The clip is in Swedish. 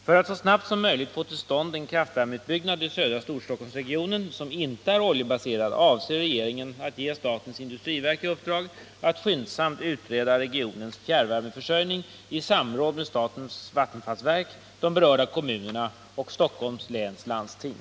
För att så snabbt som möjligt få till stånd en kraftvärmeutbyggnad i södra Storstockholmsregionen som inte är oljebaserad, avser regeringen att ge statens industriverk i uppdrag att skyndsamt utreda regionens fjärrvärmeförsörjning i samråd med statens vattenfallsverk, de berörda kommunerna och Stockholms läns landsting.